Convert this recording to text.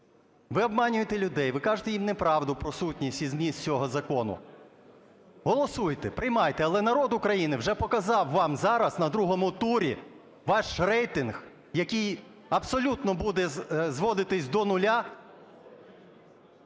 Ви обманюєте людей, ви кажете їм неправду про сутність і зміст цього закону. Голосуйте, приймайте, але народ України вже показав вам зараз, на другому турі, ваш рейтинг, який абсолютно буде зводитись до нуля…